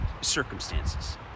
circumstances